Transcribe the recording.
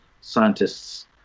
scientists